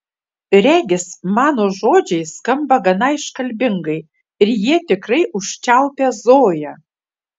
regis mano žodžiai skamba gana iškalbingai ir jie tikrai užčiaupia zoją